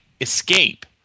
escape